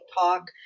talk